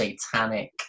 satanic